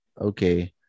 Okay